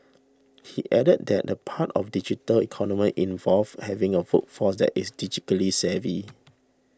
he added that a part of digital economy involves having a workforce that is digitally savvy